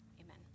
Amen